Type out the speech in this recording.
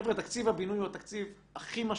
חבר'ה, תקציב הבינוי הוא התקציב הכי משמעותי,